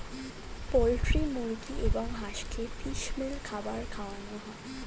poultry মুরগি এবং হাঁসকে ফিশ মিল খাবার খাওয়ানো হয়